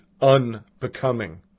unbecoming